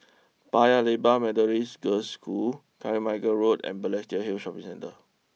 Paya Lebar Methodist Girls' School Carmichael Road and Balestier Hill Shopping Centre